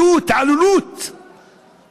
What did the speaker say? זו התעללות של